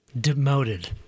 Demoted